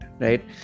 right